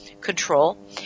control